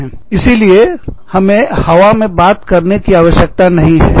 इसीलिए हमें हवा में बात करने की आवश्यकता नहीं है